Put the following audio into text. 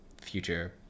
future